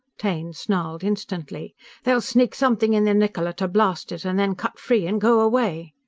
taine snarled instantly they'll sneak something in the niccola to blast it, and then cut free and go away!